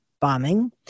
bombing